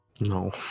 No